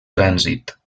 trànsit